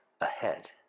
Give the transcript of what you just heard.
ahead